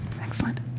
Excellent